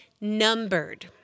numbered